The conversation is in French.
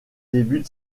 débute